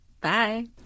Bye